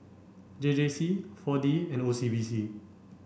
J J C four D and O C B C